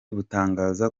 butangaza